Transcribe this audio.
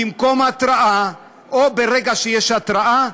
במקום התראה או ברגע שיש התראה,